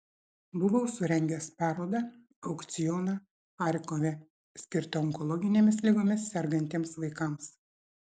buvau surengęs parodą aukcioną charkove skirtą onkologinėmis ligomis sergantiems vaikams